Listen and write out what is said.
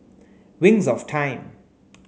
Wings of Time